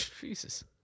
Jesus